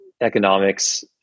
economics